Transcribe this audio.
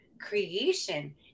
creation